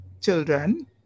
children